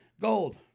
Gold